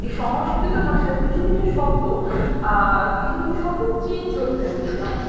এই সংস্কৃত ভাষার কিছু কিছু শব্দ কিছু কিছু শব্দ চেঞ্জ হতে থাকে যেমন